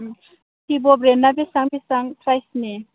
भिभ' ब्रेन्डआ बेसां बेसां प्राइसनि